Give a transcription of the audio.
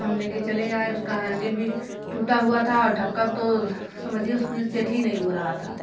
तो हम ले कर चले आए उसका हैंडिल भी टूटा हुआ था ढक्कन तो समझिए उसमें सेट ही नहीं हो रहा था